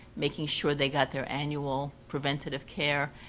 making sure they got their annual preventive care.